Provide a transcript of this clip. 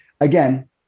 Again